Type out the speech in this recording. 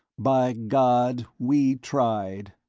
by god, we tried!